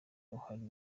uhari